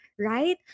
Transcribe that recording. right